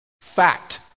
fact